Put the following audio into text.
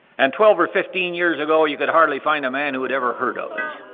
and twelve or fifteen years ago you could hardly find a man who had ever heard of it